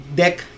deck